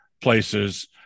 places